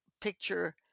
picture